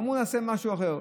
אז אמרו: נעשה משהו אחר,